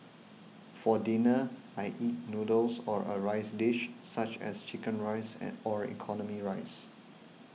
for dinner I eat noodles or a rice dish such as Chicken Rice and or economy rice